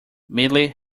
medley